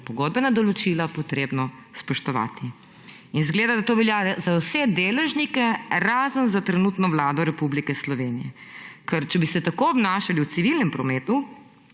pogodbena določila potrebno spoštovati. Izgleda, da to velja za vse deležnike, razen za trenutno Vlado Republike Slovenije, ker če bi se tako obnašali v civilnem prometu,